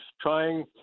trying